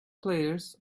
players